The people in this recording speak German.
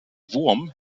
wurm